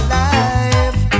life